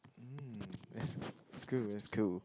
mm that's that's cool that's cool